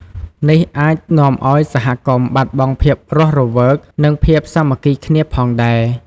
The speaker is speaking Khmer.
នេះអាចនាំឲ្យសហគមន៍បាត់បង់ភាពរស់រវើក និងភាពសាមគ្គីគ្នាផងដែរ។